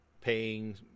paying